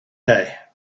day